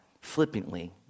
flippantly